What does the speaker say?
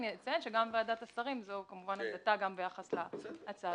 אני גם אציין שזו גם עמדתה של ועדת שרים.